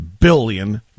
billion